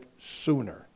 sooner